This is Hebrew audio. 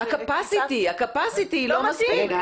זה טיפה --- הקפסיטי לא מספיק.